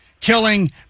killing